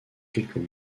quelques